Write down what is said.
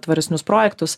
tvaresnius projektus